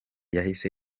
cyahise